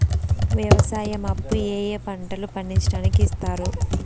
వ్యవసాయం అప్పు ఏ ఏ పంటలు పండించడానికి ఇస్తారు?